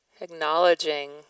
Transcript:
acknowledging